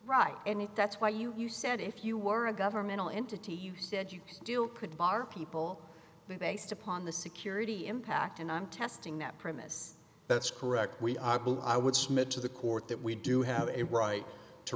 right and that's why you you said if you were a governmental entity you said you still could bar people based upon the security impact and i'm testing that premise that's correct we are but i would submit to the court that we do have a right to